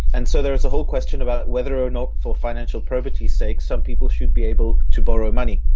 and so there is a whole question about whether or not for financial probity's sake some people should be able to borrow money.